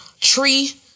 tree